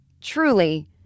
truly